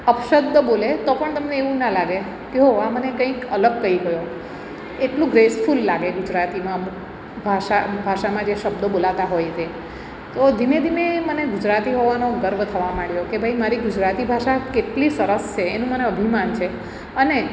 અપશબ્દ બોલે તો પણ તમને એવું ના લાગે કે ઓહો આ મને કંઈક અલગ કઈ ગયો એટલું ગ્રેસફૂલ લાગે ગુજરાતીમાં અમુક ભાષા ભાષામાં જે શબ્દો બોલાતા હોય તે તો ધીમે ધીમે મને ગુજરાતી હોવાનો ગર્વ થવા માંડ્યો કે ભાઈ મારી ગુજરાતી ભાષા કેટલી સરસ છે એનું મને અભિમાન છે અને